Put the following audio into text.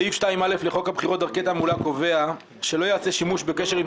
סעיף 2א לחוק הבחירות (דרכי תעמולה) קובע שלא ייעשה שימוש בקשר עם